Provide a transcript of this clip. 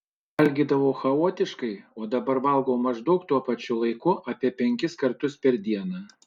valgydavau chaotiškai o dabar valgau maždaug tuo pačiu laiku apie penkis kartus per dieną